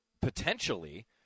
potentially